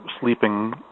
sleeping